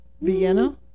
Vienna